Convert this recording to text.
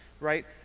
right